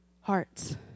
Hearts